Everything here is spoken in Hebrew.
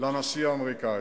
לנשיא האמריקני.